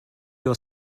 your